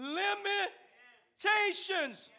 limitations